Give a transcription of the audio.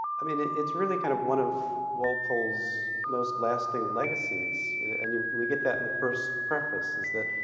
i mean, it's really kind of one of walpole's most lasting legacies, and we get that in the first preface, is that,